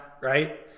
right